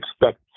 expect